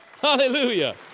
Hallelujah